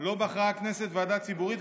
לא בחרה הכנסת ועדה ציבורית,